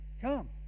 Come